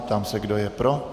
Ptám se, kdo je pro.